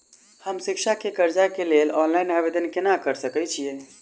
हम शिक्षा केँ कर्जा केँ लेल ऑनलाइन आवेदन केना करऽ सकल छीयै?